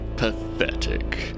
Pathetic